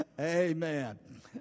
Amen